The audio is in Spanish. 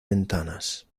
ventanas